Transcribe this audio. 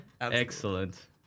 Excellent